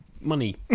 money